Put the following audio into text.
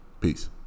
Peace